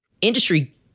Industry